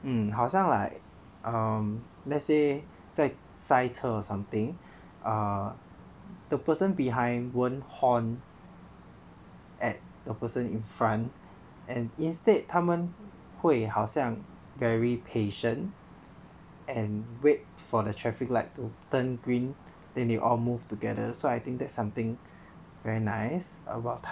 mm 好像 like um let's say 在塞车 or something err the person behind won't horn at the person in front and instead 他们会好像 very patient and wait for the traffic light to turn green then they all move together so I think that's something very nice about